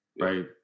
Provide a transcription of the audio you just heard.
right